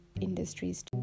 industries